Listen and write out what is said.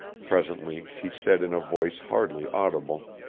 presently she said in a voice hardly audible